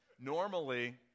Normally